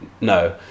no